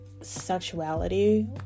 sexuality